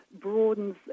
broadens